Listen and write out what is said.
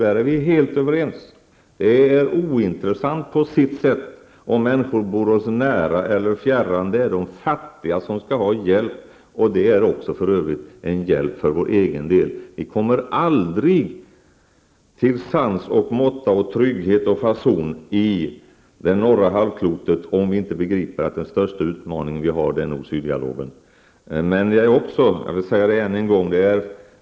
Där är vi helt överens om att det är ointressant om människor bor oss nära eller fjärran, för det är de fattiga som skall ha hjälp. Det är också för övrigt en hjälp för vår egen del. Vi kommer aldrig till sans, måtta, trygghet och fason på det norra halvklotet, om vi inte begriper att den största utmaningen är nord--syd-dialogen.